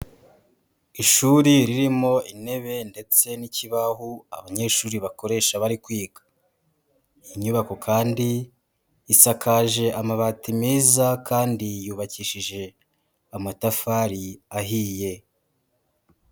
Ishuri ririmo intebe ndetse n'ikibaho abanyeshuri bakoresha bari kwiga. Iyi nyubako kandi isakaje amabati meza kandi yubakishije amatafari ahiye.